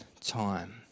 time